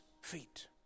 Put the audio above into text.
feet